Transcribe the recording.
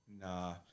Nah